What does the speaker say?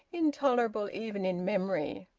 intolerable even in memory.